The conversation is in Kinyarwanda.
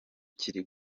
kiri